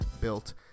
built